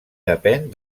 depèn